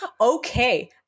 okay